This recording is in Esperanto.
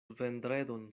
vendredon